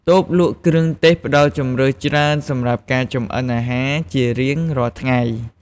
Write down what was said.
តូបលក់គ្រឿងទេសផ្តល់ជម្រើសច្រើនសម្រាប់ការចម្អិនអាហារជារៀងរាល់ថ្ងៃ។